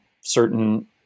certain